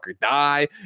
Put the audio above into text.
die